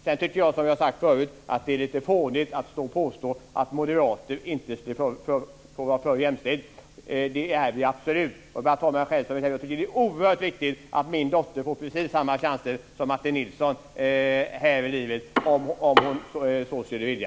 Sedan tycker jag, som jag har sagt förut, att det är lite fånigt att stå och påstå att moderater inte skulle vara för jämställdhet. Det är vi absolut. Jag tycker att det är oerhört viktigt att min dotter får precis samma chanser som Martin Nilsson här i livet om hon så skulle vilja.